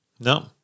No